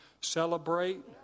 celebrate